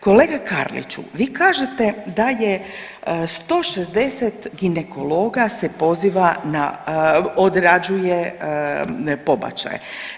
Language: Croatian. Kolega Karliću vi kažete da je 160 ginekologa se poziva na, odrađuje pobačaje.